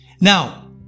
Now